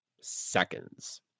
seconds